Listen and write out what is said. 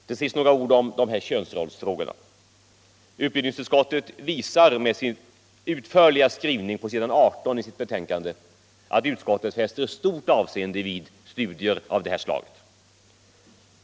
Till sist några ord om könsrollsfrågorna. Utbildningsutskottet visar med sin utförliga skrivning på s. 18 i sitt betänkande att utskottet fäster stort avseende vid studier av det här slaget.